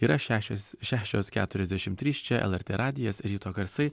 yra šešios šešios keturiasdešim trys čia lrt radijas ryto garsai